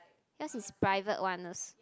yours is private ones